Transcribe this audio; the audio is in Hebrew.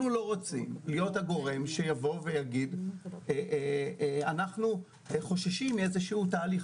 לא רוצים להיות הגורם שיגיד שאנחנו חוששים מתהליך מסוים,